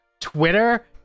Twitter